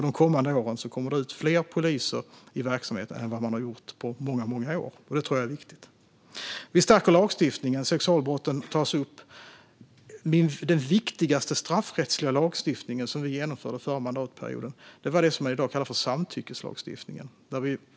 De kommande åren kommer det ut fler poliser i verksamheten än det gjort på många år, och det tror jag är viktigt. Vi stärker lagstiftningen. Sexualbrotten tas upp. Den viktigaste straffrättsliga lagstiftning vi genomförde förra mandatperioden var det som i dag kallas samtyckeslagstiftningen.